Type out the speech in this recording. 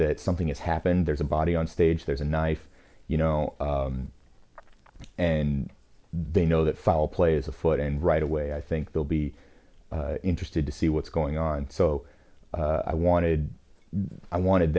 that something has happened there's a body on stage there's a knife you know and they know that foul play is afoot and right away i think they'll be interested to see what's going on so i wanted i wanted